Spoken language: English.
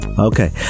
Okay